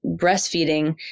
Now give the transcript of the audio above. breastfeeding